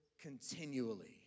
continually